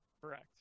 Correct